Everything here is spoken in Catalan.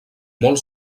molt